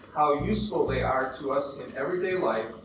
how useful they are to us in everyday life,